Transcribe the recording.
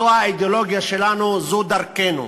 זו האידיאולוגיה שלנו, זו דרכנו.